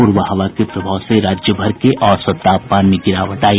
प्रबा हवा के प्रभाव से राज्यभर के औसत तापमान में गिरावट आई